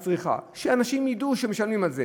בצריכה, שאנשים ידעו שמשלמים על זה.